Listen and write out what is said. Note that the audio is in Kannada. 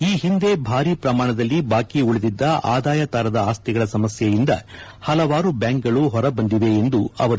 ಈ ಹಿಂದೆ ಭಾರಿ ಪ್ರಮಾಣದಲ್ಲಿ ಬಾಕಿ ಉಳಿದಿದ್ದ ಆದಾಯ ತಾರದ ಆಸ್ತಿಗಳ ಸಮಸ್ಯೆಯಿಂದ ಹಲವಾರು ಬ್ಯಾಂಕ್ಗಳು ಹೊರಬಂದಿವೆ ಎಂದರು